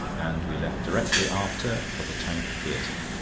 and we left directly after for the tank theatre.